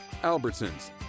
Albertsons